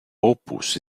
opus